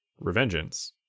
Revengeance